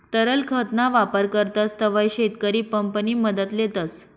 तरल खत ना वापर करतस तव्हय शेतकरी पंप नि मदत लेतस